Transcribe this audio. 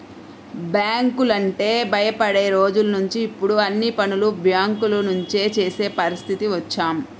బ్యాంకులంటే భయపడే రోజులనుంచి ఇప్పుడు అన్ని పనులు బ్యేంకుల నుంచే చేసే పరిస్థితికి వచ్చాం